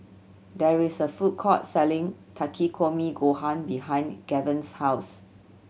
there is a food court selling Takikomi Gohan behind Gaven's house